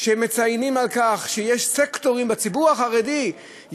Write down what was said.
שמציינים על כך שיש סקטורים בציבור החרדי,